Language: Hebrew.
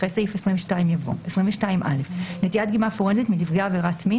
אחרי סעיף 22 יבוא: "נטילת דגימה פורנזית מנפגע עבירת מין